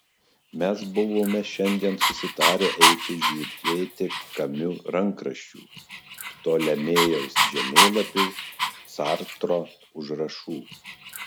mes buvome šiandien susitarę eiti žiūrėti kamiu rankraščių ptolemėjaus žemėlapių sartro užrašų